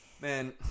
man